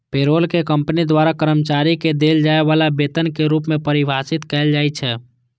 payroll कें company द्वारा कर्मचारी कें देल जाय बला वेतन के रूप मे परिभाषित कैल जाइ छै